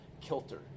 kilter